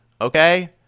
okay